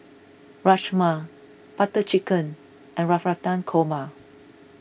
Rajma Butter Chicken and Navratan Korma